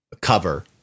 cover